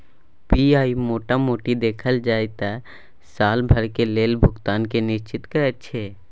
PPI मोटा मोटी देखल जाइ त साल भरिक लेल भुगतान केँ निश्चिंत करैत छै